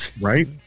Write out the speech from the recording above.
right